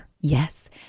Yes